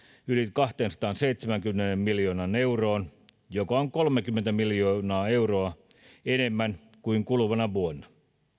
yli kahteensataanseitsemäänkymmeneen miljoonaan euroon mikä on kolmekymmentä miljoonaa euroa enemmän kuin kuluvana vuonna